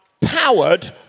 powered